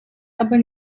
aber